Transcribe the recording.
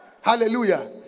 Hallelujah